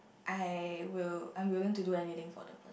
I will I'm willing to do anything for the per~